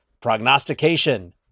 prognostication